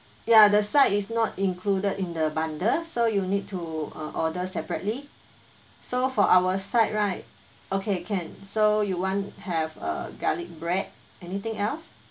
ya the side is not included in the bundle so you'll need to uh order separately so for our side right okay can so you want have a garlic bread anything else